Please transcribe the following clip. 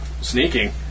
Sneaking